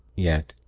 yet,